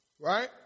right